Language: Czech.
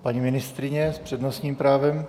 Paní ministryně s přednostním právem.